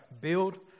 build